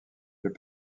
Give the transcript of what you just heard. fait